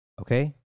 Okay